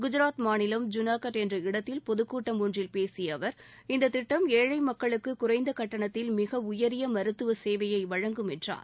குஜராத் மாநிலம் ஐூனாகட் என்ற இடத்தில் பொதுக் கூட்டம் ஒன்றில் பேசிய அவர் இந்த திட்டம் ஏழை மக்களுக்கு குறைந்த கட்டணத்தில் மிக உயரிய மருத்துவச் சேவையை வழங்கும் என்றார்